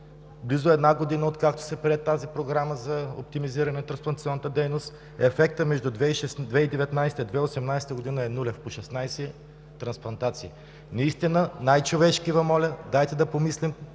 Близо една година, откакто се прие тази програма за оптимизиране на трансплантационната дейност, ефектът между 2019-а и 2018 г. е нулев – по 16 трансплантации. Най-човешки Ви моля – дайте да помислим,